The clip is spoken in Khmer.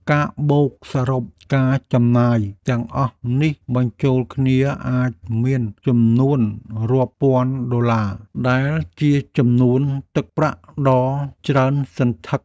ការបូកសរុបការចំណាយទាំងអស់នេះបញ្ចូលគ្នាអាចមានចំនួនរាប់ពាន់ដុល្លារដែលជាចំនួនទឹកប្រាក់ដ៏ច្រើនសន្ធឹក។